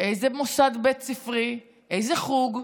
איזה מוסד בית ספרי, איזה חוג,